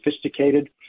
sophisticated